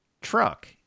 truck